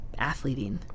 athleting